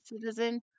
Citizen